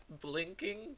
Blinking